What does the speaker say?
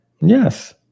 yes